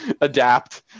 adapt